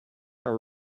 are